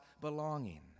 belonging